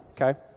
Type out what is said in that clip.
okay